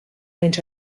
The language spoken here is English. went